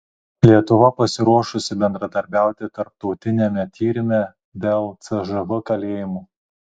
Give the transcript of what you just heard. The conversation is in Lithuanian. lietuva pasiruošusi bendradarbiauti tarptautiniame tyrime dėl cžv kalėjimų